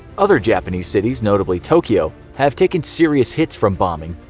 other japanese cities, notably tokyo, have taken serious hits from bombing.